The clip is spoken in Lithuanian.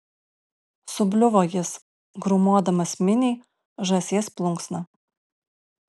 subliuvo jis grūmodamas miniai žąsies plunksna